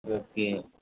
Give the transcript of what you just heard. okay